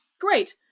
Great